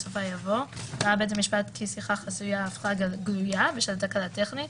בסופה יבוא "ראה בית המשפט כי שיחה חסויה הפכה גלויה בשל תקלה טכנית,